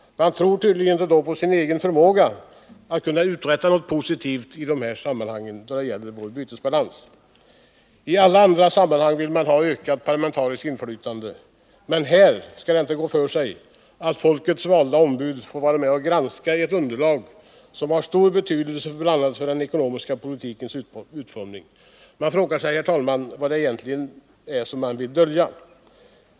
Man tror inte på sin egen förmåga att uträtta något positivt då det gäller att få bättre underlag för bytesbalansstatistiken. Talla andra sammanhang vill man ha ett ökat parlamentariskt inflytande, men i det här sammanhanget går det inte för sig att folkets valda ombud får vara med och granska ett underlag som har stor betydelse bl.a. för den ekonomiska politikens utformning. Vi frågar oss vad det är man vill dölja.